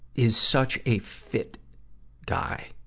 is such a fit guy.